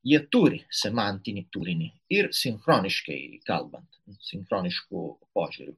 jie turi semantinį turinį ir sinchroniškai kalbant sinchronišku požiūriu